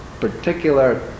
particular